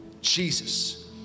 Jesus